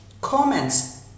comments